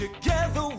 Together